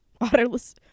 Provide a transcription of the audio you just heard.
Waterless